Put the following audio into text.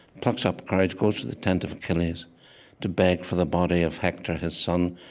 plucks up courage, goes to the tent of achilles to beg for the body of hector, his son,